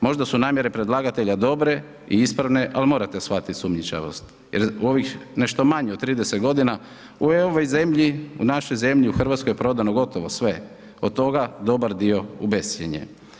Možda su namjere predlagatelja dobre i ispravne, ali morate shvatiti sumnjičavost jer u ovih nešto manje od 30 godina u ovoj zemlji, u našoj zemlji u Hrvatskoj je prodano gotovo sve, od toga dobar dio u bescjenje.